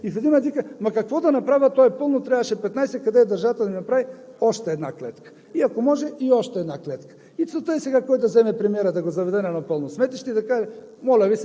Защо? Защото не рециклират, не работят съоръженията, а всичко блъскат и в един момент викат: ама какво да направя, то е пълно, трябваше 15, къде е държавата да ми направи още една клетка и ако може и още една клетка?